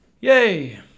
Yay